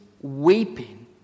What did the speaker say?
weeping